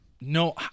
no